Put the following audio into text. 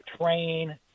train